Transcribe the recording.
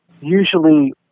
Usually